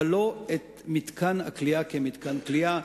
אבל לא את מתקן הכליאה כמתקן כליאה.